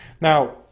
Now